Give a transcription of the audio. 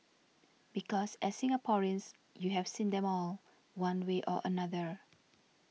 because as Singaporeans you have seen them all one way or another